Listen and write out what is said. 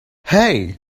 hey